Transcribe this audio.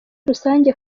rusange